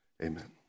amen